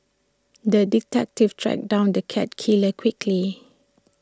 the detective tracked down the cat killer quickly